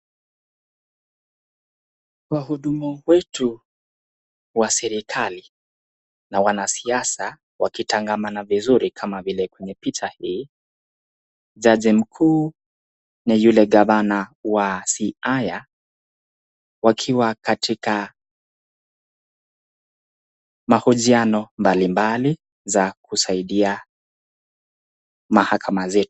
Wahudumu wetu wa serikali na wanasiasa wakitangamana vizuri kama vile kwenye picha hii, jaji mkuu na yule gavana wa Siaya wakiwa katika mahojiano mbalimbali za kusaidia mahakama zetu.